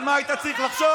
על מה היית צריך לחשוב?